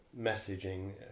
messaging